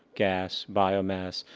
gas, biomass,